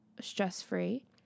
stress-free